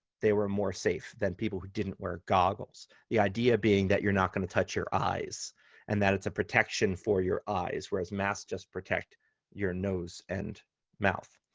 they were more safe than people who didn't wear goggles. the idea being, that you're not going to touch your eyes and that it's a protection for your eyes, whereas mask just protect your nose and mouth.